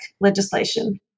legislation